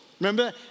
Remember